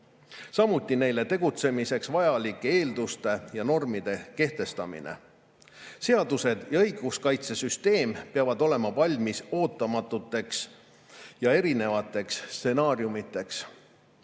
samuti neile tegutsemiseks vajalike eelduste ja normide kehtestamine. Seadused ja õiguskaitsesüsteem peavad olema valmis ootamatuteks ja erinevateks stsenaariumideks.